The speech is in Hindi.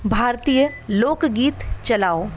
भारतीय लोक गीत चलाओ